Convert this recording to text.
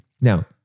Now